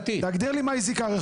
תגדיר לי מהי זיקה רחוקה.